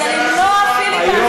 98 כדי למנוע פיליבסטר,